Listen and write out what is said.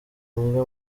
umwe